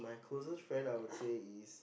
closest friend I would say is